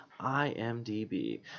IMDb